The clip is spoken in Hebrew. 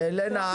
אני אשלח.